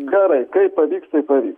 gerai kaip pavyks taip pavyks